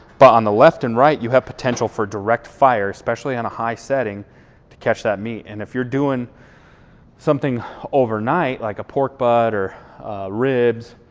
but on the left and right you have potential for direct fire, especially on a high setting to catch that meat. and if you're doing something overnight like a pork butt or ribs,